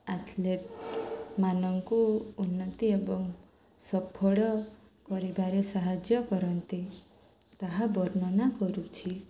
ଆଥଲେଟ୍ମାନଙ୍କୁ ଉନ୍ନତି ଏବଂ ସଫଳ କରିବାରେ ସାହାଯ୍ୟ କରନ୍ତି ତାହା ବର୍ଣ୍ଣନା କରୁଛି